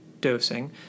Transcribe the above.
dosing